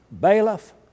Bailiff